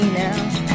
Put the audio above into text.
now